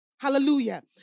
Hallelujah